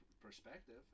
perspective